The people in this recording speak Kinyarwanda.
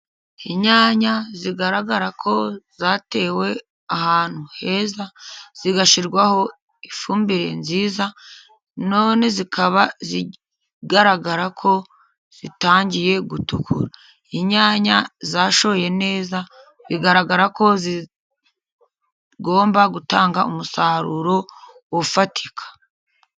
Inyanya zigaragara ko zatewe ahantu heza, zigashyirwaho ifumbire nziza none zikaba zigaragara ko zitangiye gutukura. Inyanya zashoye neza bigaragara ko zigomba gutanga umusaruro ufatika.